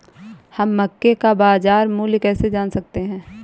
हम मक्के का बाजार मूल्य कैसे जान सकते हैं?